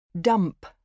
Dump